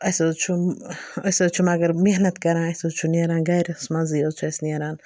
اسہِ حظ چھُ أسۍ چھِ مَگر مٮ۪حنَت کَران اسہِ حظ چھُ نیران گَرَس منٛزٕے حظ چھُ اسہِ نیران